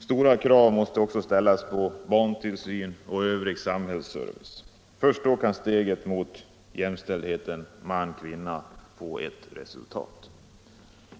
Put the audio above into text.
Starka krav måste ställas på barntillsyn och övrig samhällsservice. Först då kan steget mot jämställdhet man-kvinna få ett resultat.